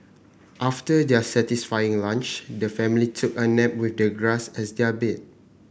after their satisfying lunch the family took a nap with the grass as their bed